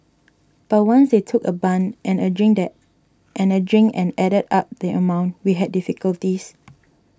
but once they took a bun and a drink and added up the amount we had difficulties